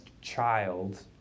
child